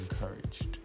encouraged